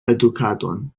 edukadon